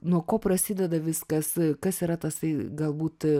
nuo ko prasideda viskas kas yra tasai galbūt